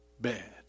bed